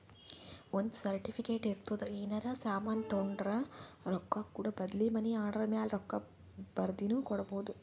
ಒಂದ್ ಸರ್ಟಿಫಿಕೇಟ್ ಇರ್ತುದ್ ಏನರೇ ಸಾಮಾನ್ ತೊಂಡುರ ರೊಕ್ಕಾ ಕೂಡ ಬದ್ಲಿ ಮನಿ ಆರ್ಡರ್ ಮ್ಯಾಲ ರೊಕ್ಕಾ ಬರ್ದಿನು ಕೊಡ್ಬೋದು